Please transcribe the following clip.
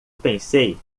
pensei